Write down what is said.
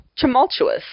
tumultuous